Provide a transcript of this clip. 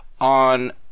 on